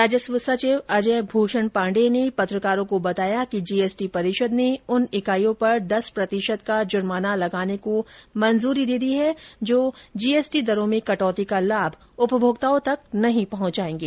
राजस्व सचिव अजय भूषण पाण्डेय ने पत्रकारों को बताया कि जी एस टी परिषद ने उन इकाइयों पर दस प्रतिशत का जुर्माना लगाने को मंजूरी दे दी है जो जी एस टी दरो में कटौती का लाभ उपभोक्ताओं तक नहीं पहुंचायेंगे